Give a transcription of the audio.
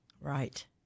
Right